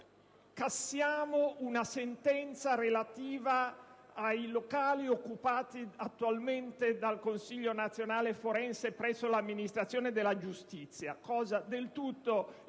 cassiamo una sentenza relativa ai locali occupati attualmente dal Consiglio nazionale forense presso l'Amministrazione della giustizia, cosa del tutto impropria,